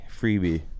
Freebie